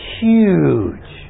huge